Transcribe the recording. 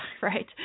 right